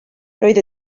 roedd